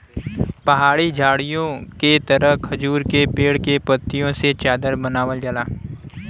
पहाड़ी झाड़ीओ के तरह खजूर के पेड़ के पत्तियों से चादर बनावल जाला